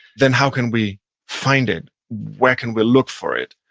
then how can we find it? where can we look for it?